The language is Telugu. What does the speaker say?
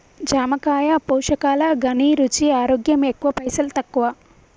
జామకాయ పోషకాల ఘనీ, రుచి, ఆరోగ్యం ఎక్కువ పైసల్ తక్కువ